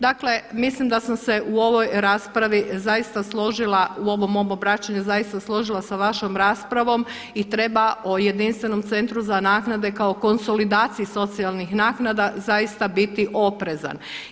Dakle mislim da sam se u ovoj raspravi zaista složila u ovom mom obraćanju zaista složila sa vašom raspravom i treba o jedinstvenom centru za naknade kao konsolidaciji socijalnih naknada zaista biti oprezan.